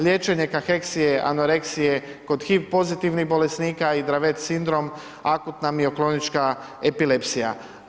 Liječenje kaheksije, anoreksije, kod HIV pozitivnih bolesnika i dravet sindrom, akutna mioklonička epilepsija.